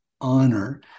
honor